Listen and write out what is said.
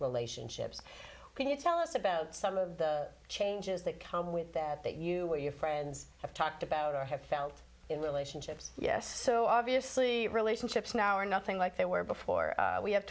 well lation ships can you tell us about some of the changes that come with that that you what your friends have talked about or have felt in relationships yes so obviously relationships now are nothing like they were before we have